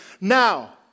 now